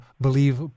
believe